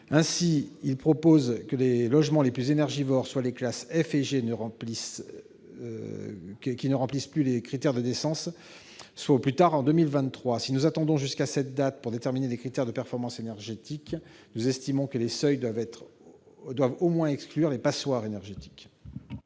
Nous proposons que les logements les plus énergivores, soit les classes F et G, ne remplissent plus les critères de décence au plus tard en 2023. Si nous attendons jusqu'à cette date pour déterminer les critères de performance énergétique, nous estimons que les seuils doivent au moins exclure les passoires énergétiques.